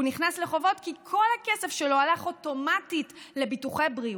הוא נכנס לחובות כי כל הכסף שלו הלך אוטומטית לביטוחי בריאות.